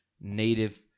native